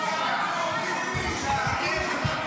השפיטה (תיקון,